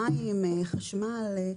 מים, חשמל.